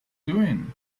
doing